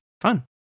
Fun